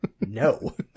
No